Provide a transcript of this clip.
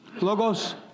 Logos